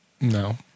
No